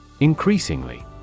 Increasingly